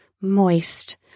moist